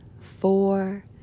four